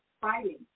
fighting